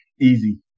Easy